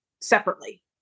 separately